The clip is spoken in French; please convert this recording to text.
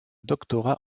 doctorat